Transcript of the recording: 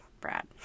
Brad